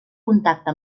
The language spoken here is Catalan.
contacte